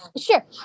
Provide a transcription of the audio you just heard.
Sure